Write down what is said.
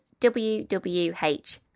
WWH